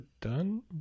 done